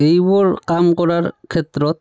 এইবোৰ কাম কৰাৰ ক্ষেত্ৰত